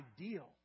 ideal